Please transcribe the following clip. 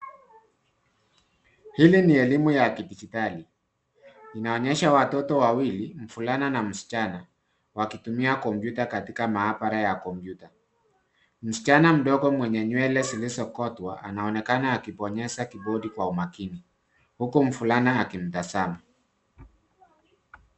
Hili ni elimu ya kidijitali. Inaonyesha watoto wawili, mvulana na msichana, wakitumia kompyuta katika maabara ya kompyuta. Msichana mdogo mwenye nywele zilizokotwa anaonekana akibonyeza kibodi kwa umakini huku mvulana akimtazama.